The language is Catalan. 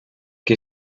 qui